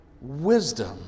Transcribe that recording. wisdom